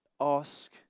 Ask